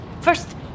First